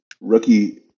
rookie